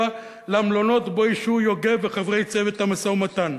למלונות שבהם ישהו יוגב וחברי צוות המשא-ומתן.